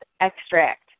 extract